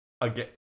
Again